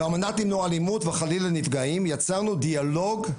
ועל מנת למנוע אלימות וחלילה נפגעים יצרנו דיאלוג,